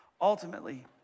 ultimately